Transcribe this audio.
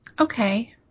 Okay